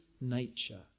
nature